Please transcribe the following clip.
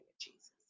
Jesus